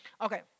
Okay